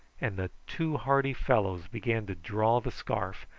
and the two hardy fellows began to draw the scarf,